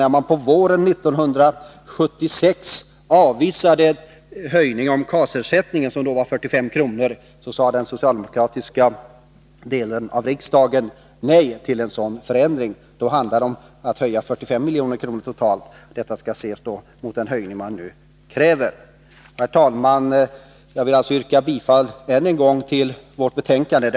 När man på våren 1976 avvisade höjningen av KAS-ersättningen, som då var 45 kr., sade den socialdemokratiska delen av riksdagen nej till en sådan förändring. Då handlade det om att höja 45 miljoner totalt. Detta skall ses mot den höjning man nu kräver. Herr talman! Jag vill än en gång yrka bifall till utskottets hemställan.